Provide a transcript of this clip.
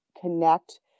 connect